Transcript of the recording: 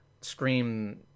scream